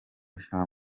nta